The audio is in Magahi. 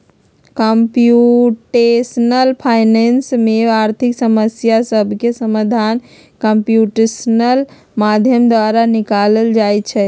कंप्यूटेशनल फाइनेंस में आर्थिक समस्या सभके समाधान कंप्यूटेशनल माध्यम द्वारा निकालल जाइ छइ